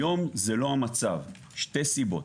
היום זה לא המצב משתי סיבות.